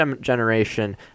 generation